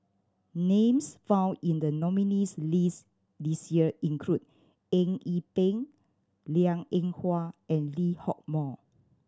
names found in the nominees' list this year include Eng Yee Peng Liang Eng Hwa and Lee Hock Moh